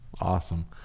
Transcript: awesome